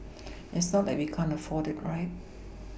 it's not like we can't afford it right